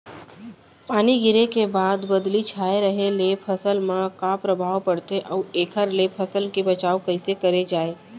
पानी गिरे के बाद बदली छाये रहे ले फसल मा का प्रभाव पड़थे अऊ एखर ले फसल के बचाव कइसे करे जाये?